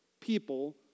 people